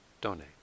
donate